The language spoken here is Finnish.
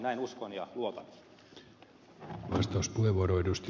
näin uskon ja luotan